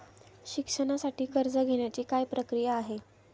शिक्षणासाठी कर्ज घेण्याची काय प्रक्रिया आहे?